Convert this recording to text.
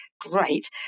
great